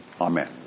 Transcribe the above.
Amen